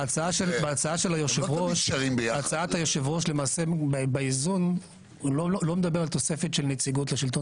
בהצעת היושב ראש למעשה באיזון הוא לא מדבר על תוספת של נציגות לשלטון